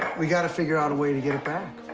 we got to figure out a way to get it back.